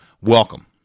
welcome